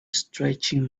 stretching